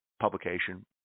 publication